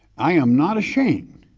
i am not ashamed,